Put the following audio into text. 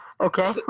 Okay